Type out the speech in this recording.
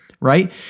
right